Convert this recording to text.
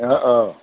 অঁ অঁ